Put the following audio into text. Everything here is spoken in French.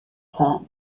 femme